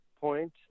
point